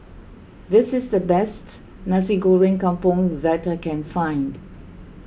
this is the best Nasi Goreng Kampung that I can find